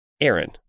Aaron